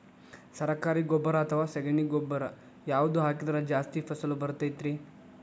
ಸರಕಾರಿ ಗೊಬ್ಬರ ಅಥವಾ ಸಗಣಿ ಗೊಬ್ಬರ ಯಾವ್ದು ಹಾಕಿದ್ರ ಜಾಸ್ತಿ ಫಸಲು ಬರತೈತ್ರಿ?